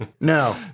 No